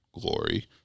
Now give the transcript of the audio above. glory